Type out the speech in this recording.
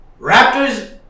Raptors